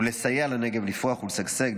הוא לסייע לנגב לפרוח ולשגשג,